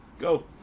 Go